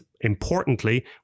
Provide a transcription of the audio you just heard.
Importantly